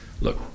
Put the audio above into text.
Look